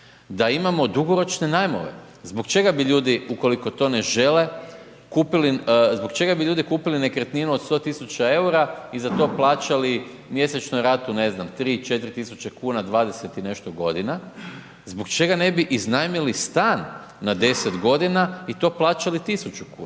Da imamo dugoročne najmove. Zbog čega bi ljudi, ukoliko to ne žele kupili, zbog čega bi ljudi kupili nekretninu od 100 tisuća eura i za to plaćali mjesečno ratu ne znam, 3, 4 tisuće kuna 20 i nešto godina, zbog čega ne bi iznajmili stan na 10 godina i to plaćali 1000 kuna.